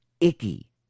icky